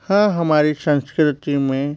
हाँ हमारी संस्कृति में